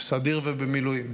בסדיר ובמילואים.